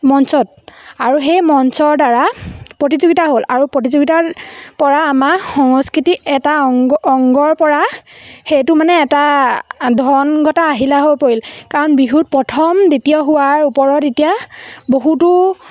মঞ্চত আৰু সেই মঞ্চৰদ্বাৰা প্ৰতিযোগিতা হ'ল আৰু প্ৰতিযোগিতাৰপৰা আমাৰ সংস্কৃতি এটা অংগ অংগৰপৰা সেইটো মানে এটা ধন ঘটা আহিলা হৈ পৰিল কাৰণ বিহুত প্ৰথম দ্বিতীয় হোৱাৰ ওপৰত এতিয়া বহুতো